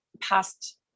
past